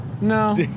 No